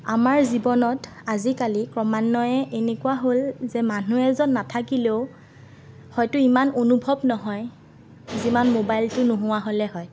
আমাৰ জীৱনত আজিকালি ক্ৰমান্বয়ে এনেকুৱা হ'ল যে মানুহ এজন নাথাকিলেও হয়তো ইমান অনুভৱ নহয় যিমান মোবাইলটো নোহোৱা হ'লে হয়